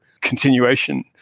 continuation